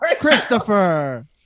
Christopher